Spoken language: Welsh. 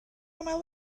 aml